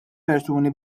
persuni